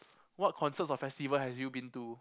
what concerts or festivals have you been to